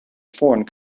foreign